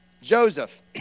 Joseph